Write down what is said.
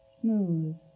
smooth